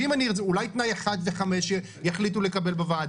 אולי תנאי אחד וחמש יחליטו לקבל בוועדה?